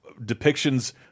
depictions